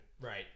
Right